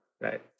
right